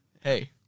Hey